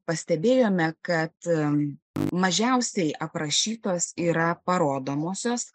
pastebėjome kad mažiausiai aprašytos yra parodomosios